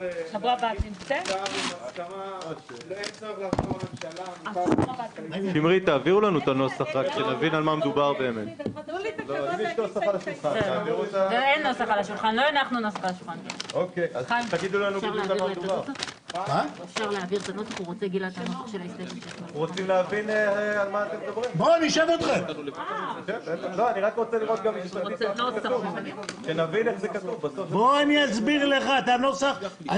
בשעה 13:18.